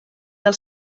del